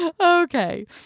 Okay